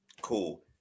Cool